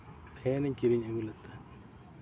ᱯᱷᱮᱱᱤᱧ ᱠᱤᱨᱤᱧ ᱟᱹᱜᱩ ᱞᱮᱫ ᱛᱟᱦᱮᱸᱫ